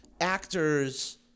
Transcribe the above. actors